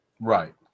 Right